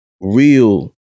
real